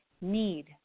need